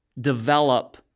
develop